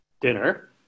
dinner